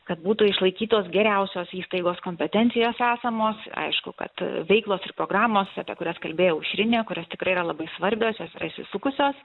kad būtų išlaikytos geriausios įstaigos kompetencijos esamos ir aišku kad veiklos ir programos apie kurias kalbėjo aušrinė kurios tikrai yra labai svarbios jos yra įsisukusios